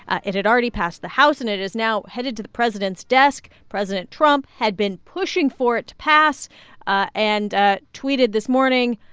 ah it had already passed the house. and it is now headed to the president's desk. president trump had been pushing for it to pass ah and ah tweeted this morning,